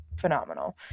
phenomenal